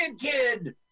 kid